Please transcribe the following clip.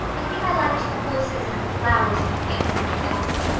i think i liked the horses and the flowers and the fancywork best.